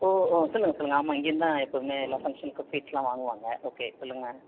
ஓ ஓ சொல்லுங்கள் சொல்லுங்கள் ஆமாம் இங்கேயிருந்து தான் எப்போதும் எல்லா ஃபங்க்ஷனுக்கும் ஸ்வீட்ஸ்லாம் வாங்குவாங்க ஓகே சொல்லுங்கள்